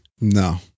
No